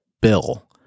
bill